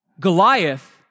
Goliath